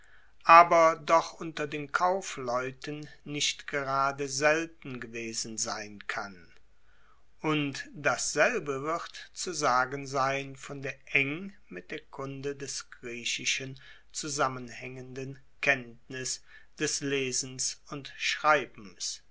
aber doch unter den kaufleuten nicht gerade selten gewesen sein kann und dasselbe wird zu sagen sein von der eng mit der kunde des griechischen zusammenhaengenden kenntnis des lesens und schreibens